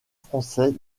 français